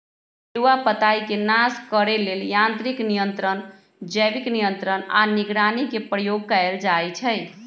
पिलुआ पताईके नाश करे लेल यांत्रिक नियंत्रण, जैविक नियंत्रण आऽ निगरानी के प्रयोग कएल जाइ छइ